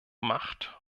macht